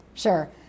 Sure